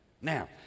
Now